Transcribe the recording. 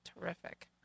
terrific